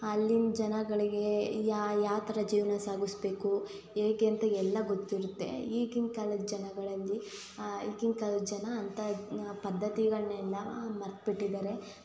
ಅಲ್ಲಿನ ಜನಗಳಿಗೆ ಯಾವ ಥರ ಜೀವನ ಸಾಗಿಸ್ಬೇಕು ಹೇಗೆ ಅಂತ ಎಲ್ಲ ಗೊತ್ತಿರುತ್ತೆ ಈಗಿನ ಕಾಲದ ಜನಗಳಲ್ಲಿ ಈಗಿನ ಕಾಲದ ಜನ ಅಂತ ಇದ್ನ್ ಪದ್ದತಿಗಳನ್ನೆಲ್ಲ ಮರ್ತು ಬಿಟ್ಟಿದ್ದಾರೆ